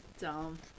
Dumb